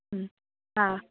ಹ್ಞೂ ಹಾಂ